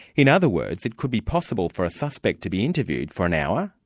in other words, it could be possible for a suspect to be interviewed for an hour,